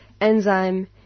Enzyme